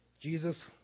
Jesus